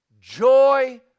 joy